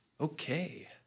Okay